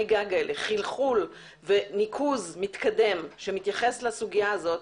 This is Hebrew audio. הגג האלה חלחול וניקוז מתקדם שמתייחס לסוגיה הזאת,